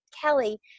Kelly